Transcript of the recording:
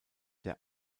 der